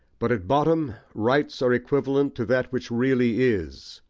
but at bottom rights are equivalent to that which really is,